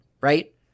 right